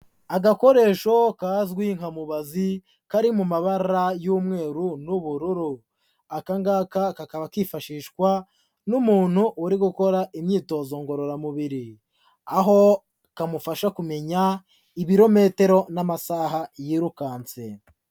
Agakoresho kazwi nka mubazi kari mu mabara y'umweru n'ubururu, aka ngaka kakaba kifashishwa n'umuntu uri gukora imyitozo ngororamubiri, aho kamufasha kumenya ibirometero n'amasaha yirukanse.